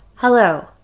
Hello